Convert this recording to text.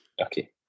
Okay